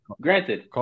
Granted